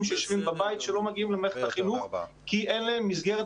שיושבים בבית ולא מגיעים למערכת החינוך כי אין להם מסגרת